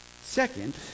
Second